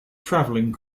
traveling